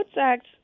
act